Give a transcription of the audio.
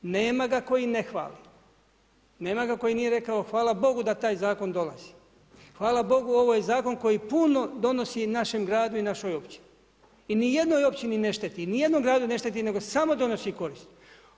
Nema ga koji ne hvali, nema ga koji nije rekao hvala Bogu da taj zakon dolazi, hvala Bogu ovo je zakon koji puno donosi našem gradu i našoj općini i nijednoj općini ne šteti, nijednom gradu ne šteti nego samo donosi koristi.